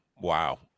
Wow